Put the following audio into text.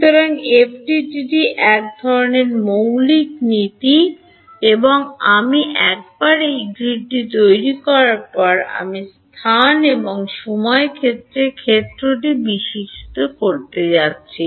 সুতরাং FDTD র এক ধরণের মৌলিক নীতিগুলি হল আমি একবার এই গ্রিডটি তৈরি করার পরে আমি স্থান এবং সময়ক্ষেত্রে ক্ষেত্রটি বিকশিত করতে যাচ্ছি